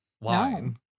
wine